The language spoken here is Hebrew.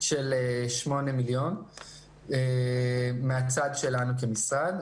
של 8 מיליון ש"ח מן הצד שלנו כמשרד.